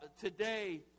today